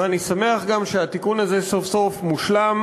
ואני שמח גם שהתיקון הזה סוף-סוף מושלם,